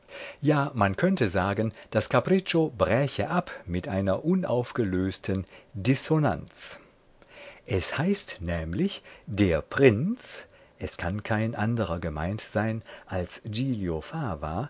ja man könnte sagen das capriccio bräche ab mit einer unaufgelösten dissonanz es heißt nämlich der prinz es kann kein andrer gemeint sein als giglio fava